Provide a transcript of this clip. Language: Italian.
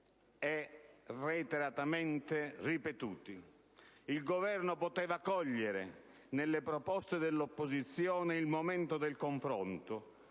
e reiteratamente ripetuti. Il Governo poteva cogliere nelle proposte dell'opposizione il momento del confronto,